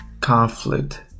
conflict